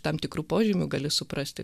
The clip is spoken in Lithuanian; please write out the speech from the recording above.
tam tikrų požymių gali suprasti